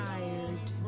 Tired